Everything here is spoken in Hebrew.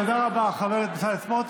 תודה רבה, חבר הכנסת בצלאל סמוטריץ'.